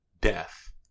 death